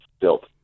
built